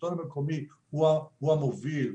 השלטון המקומי הוא המוביל,